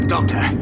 Doctor